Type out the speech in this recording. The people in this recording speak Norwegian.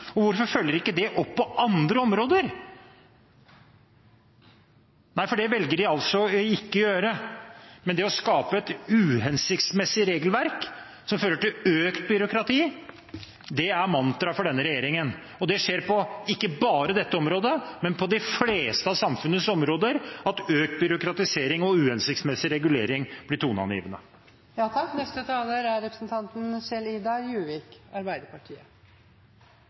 og hvorfor følger man det ikke opp på andre områder? Det velger man altså ikke å gjøre, men å skape et uhensiktsmessig regelverk som fører til økt byråkrati, er mantraet for denne regjeringen. Det skjer ikke bare på dette området, men på de fleste av samfunnets områder: Økt byråkratisering og uhensiktsmessig regulering blir toneangivende. Da fikk man for så vidt sluppet katta ut av sekken. Svaret fra statsråden var jo det som representanten